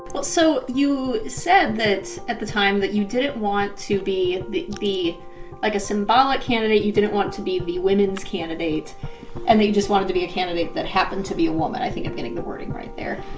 well, so you said that at the time that you didn't want to be the the like, a symbolic candidate. you didn't want to be the women's candidate and that you just wanted to be a candidate that happened to be a woman. i think i'm getting the wording right there.